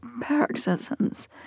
paroxysms